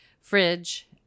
fridge